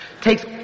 takes